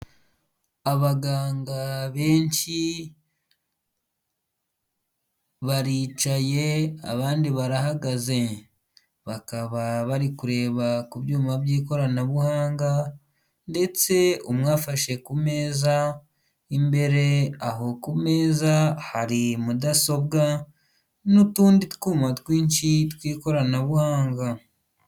Abaganga benshi baricaye abandi barahagaze, bakaba bari kureba ku byuma by'ikoranabuhanga ndetse umwe afashe ku meza, imbere aho ku meza hari mudasobwa n'utundi twuma twinshi tw'ikoranabuhanga.